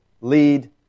lead